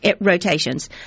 rotations